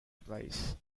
advice